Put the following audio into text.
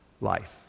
life